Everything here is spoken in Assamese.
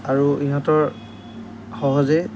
আৰু ইহঁতৰ সহজে